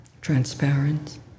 transparent